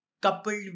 coupled